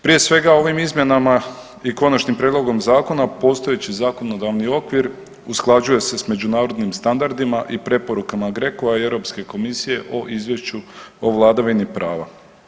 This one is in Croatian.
Prije svega ovim izmjenama i konačnim prijedlogom zakona postojeći zakonodavni okvir usklađuje se s međunarodnim standardima i preporukama GROCO-a i Europske komisije o izvješću o vladavini prava.